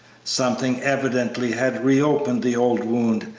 something evidently had reopened the old wound,